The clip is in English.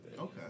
Okay